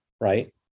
Right